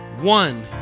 One